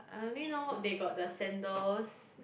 I only know they got the sandals